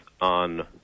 on